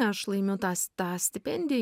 aš laimiu tas tą stipendiją